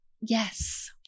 yes